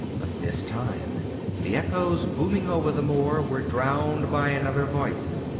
but this time the echoes, booming over the moor, were drowned by another voice,